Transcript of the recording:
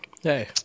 hey